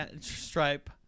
Stripe